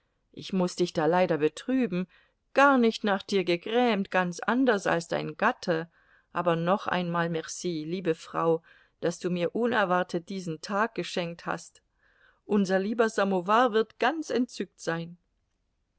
ich muß dich da leider betrüben gar nicht nach dir gegrämt ganz anders als dein gatte aber noch einmal merci liebe frau daß du mir unerwartet diesen tag geschenkt hast unser lieber samowar wird ganz entzückt sein